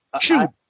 Shoot